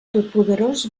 totpoderós